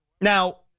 Now